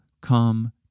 come